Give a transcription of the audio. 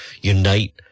unite